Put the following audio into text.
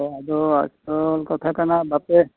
ᱚ ᱟᱫᱚ ᱠᱟᱛᱷᱟ ᱠᱟᱱᱟ ᱵᱟᱯᱮ